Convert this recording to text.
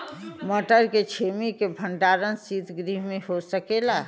मटर के छेमी के भंडारन सितगृह में हो सकेला?